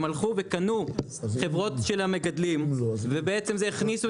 הם הלכו וקנו חברות של המגדלים ובעצם זה הכניסו